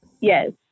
Yes